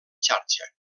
xarxa